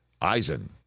Eisen